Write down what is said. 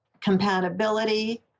compatibility